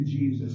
Jesus